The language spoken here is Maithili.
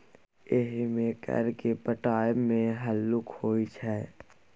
एहिमे फर केँ पटाएब मे हल्लुक होइ छै